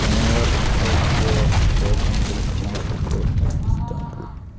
New York Tokyo los angels Moscow Istanbul